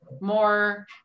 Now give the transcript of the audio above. more